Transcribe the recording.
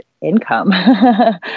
income